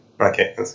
Okay